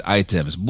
items